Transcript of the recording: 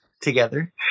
together